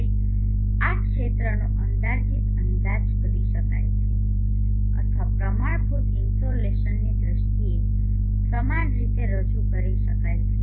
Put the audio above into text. હવે આ ક્ષેત્રનો અંદાજિત અંદાજ કરી શકાય છે અથવા પ્રમાણભૂત ઇન્સોલેશનની દ્રષ્ટિએ સમાન રીતે રજૂ કરી શકાય છે